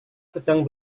sedang